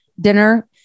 dinner